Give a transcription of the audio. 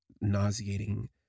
nauseating